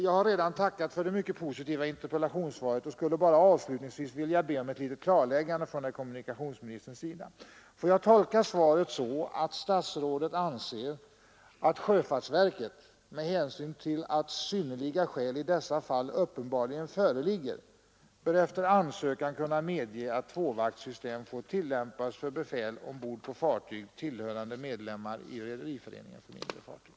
Jag har redan tackat för det mycket positiva interpellationssvaret och skulle bara avslutningsvis vilja be om ett litet klarläggande från herr kommunikationsministerns sida. Får jag tolka svaret så att statsrådet anser att sjöfartsverket, med hänsyn till att synnerliga skäl i dessa fall uppenbarligen föreligger, efter ansökan bör kunna medge att tvåvaktssystem får tillämpas för befäl ombord på fartyg tillhörande medlemmar i Rederiföreningen för mindre fartyg?